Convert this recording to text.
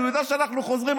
הוא יודע שאנחנו חוזרים,